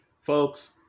Folks